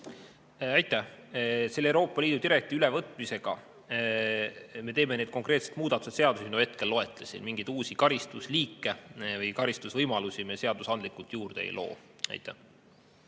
Aitäh! Selle Euroopa Liidu direktiivi ülevõtmisega me teeme need konkreetsed muudatused seadusse, mida hetkel loetlesin. Mingeid uusi karistusliike või karistusvõimalusi me seadusandlikult juurde ei loo. Aitäh!